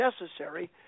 necessary